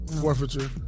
Forfeiture